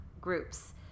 groups